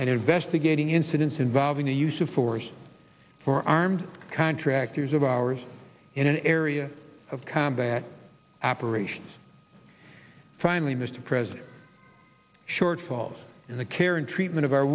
and investigating incidents involving the use of force for armed contractors of ours in an area of combat operations finally mr president shortfalls in the care and treatment of our